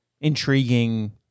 intriguing